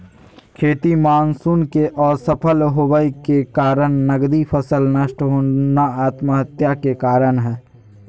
खेती मानसून के असफल होबय के कारण नगदी फसल नष्ट होना आत्महत्या के कारण हई